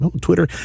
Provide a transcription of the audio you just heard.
Twitter